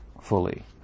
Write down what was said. fully